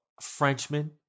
Frenchman